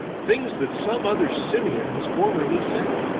things that some other simian has formerly said.